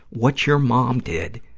what your mom did